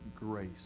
grace